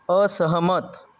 असहमत